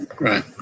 Right